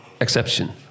exception